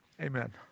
Amen